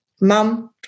mum